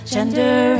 Gender